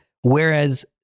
Whereas